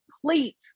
complete